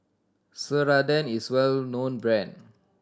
Ceradan is a well known brand